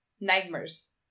Nightmares